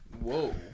Whoa